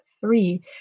three